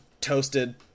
toasted